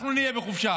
אנחנו נהיה בחופשה.